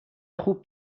خوب